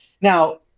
Now